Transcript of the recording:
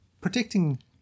protecting